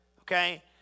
okay